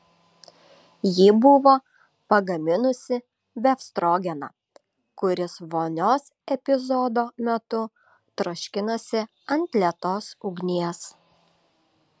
ji buvo pagaminusi befstrogeną kuris vonios epizodo metu troškinosi ant lėtos ugnies